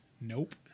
Nope